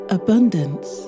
abundance